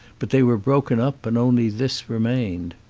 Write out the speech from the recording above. but they were broken up and only this remained.